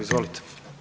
Izvolite.